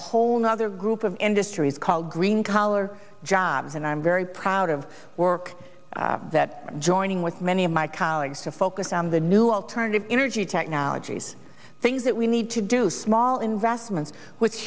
a whole nother group of industries called green collar jobs and i'm very proud of work that joining with many of my colleagues to focus on the new alternative energy technologies things that we need to do small investments w